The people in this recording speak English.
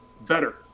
better